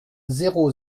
zéro